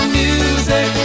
music